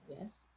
Yes